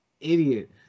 idiot